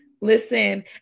listen